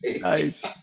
nice